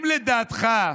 אם, לדעתך,